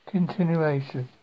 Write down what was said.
Continuation